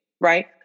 right